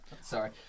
Sorry